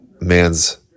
man's